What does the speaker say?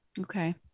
Okay